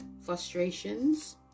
frustrations